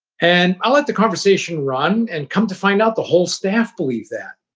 and i let the conversation run. and come to find out the whole staff believed that.